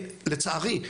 לצערי,